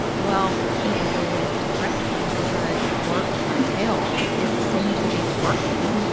well, it was a little depressing because i'd worked my tail off. it seemed to be working.